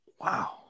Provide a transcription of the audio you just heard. Wow